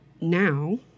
Now